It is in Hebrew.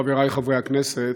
חברי חברי הכנסת,